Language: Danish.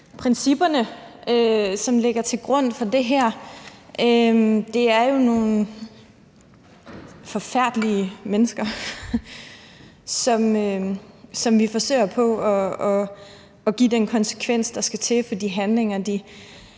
principper, som ligger til grund for det her, for det er jo nogle forfærdelige mennesker, som vi forsøger at give den konsekvens, der skal til, for de handlinger, de